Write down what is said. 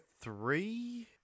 three